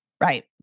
Right